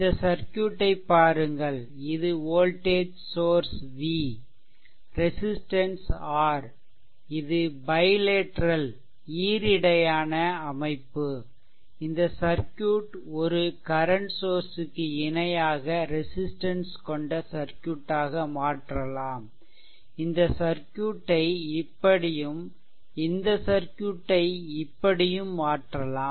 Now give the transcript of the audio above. இந்த சர்க்யூட்டை பாருங்கள் இது voltage source V resistance R இது பைலேட்ரல்ஈரிடையான bilateral அமைப்புஇந்த சர்க்யூட் ஒரு கரன்ட் சோர்ஸ் க்கு இணையாக ரெசிஸ்ட்டன்ஸ் கொண்ட சர்க்யூட்டாக மாற்றலாம் இந்த சர்க்யூட்டை இப்படியும் இந்த சர்க்யூட்டை இப்படியும் மாற்றலாம்